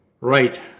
Right